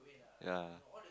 ya